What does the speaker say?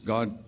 God